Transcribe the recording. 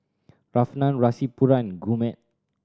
Ramnath Rasipuram and Gurmeet